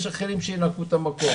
יש אחרים שינקו את המקום.